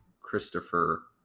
Christopher